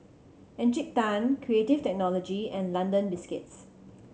Encik Tan Creative Technology and London Biscuits